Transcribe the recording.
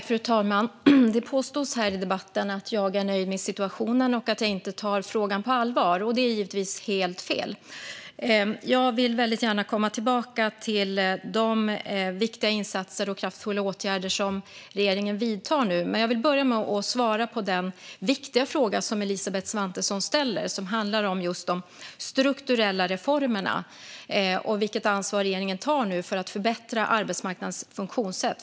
Fru talman! Det påstods i debatten att jag är nöjd med situationen och att jag inte tar frågan på allvar. Det är givetvis helt fel. Jag vill väldigt gärna återkomma till de viktiga insatser och kraftfulla åtgärder som regeringen nu vidtar. Till att börja med vill jag dock svara på den viktiga fråga som Elisabeth Svantesson ställde om de strukturella reformerna och vilket ansvar regeringen tar för att förbättra arbetsmarknadens funktionssätt.